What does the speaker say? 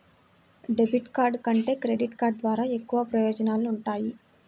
debit card కంటే credit card ద్వారా ఎక్కువ ప్రయోజనాలు వుంటయ్యి